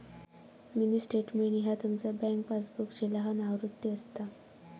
mini statement ह्या तुमचा bank पासबुकची लहान आवृत्ती असता